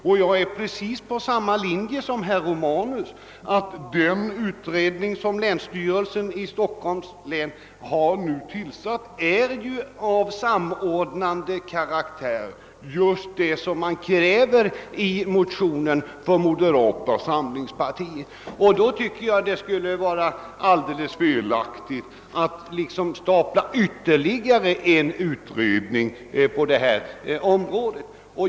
Därvidlag har jag precis samma uppfattning som herr Romanus, nämligen att den utredning som länsstyrelsen i Stockholms län tillsatt har den samordnande karaktär som den i motionen aktualiserade utredningen föreslås få. Jag tycker därför det skulle vara alldeles felaktigt att starta ytterligare en utredning på detta område.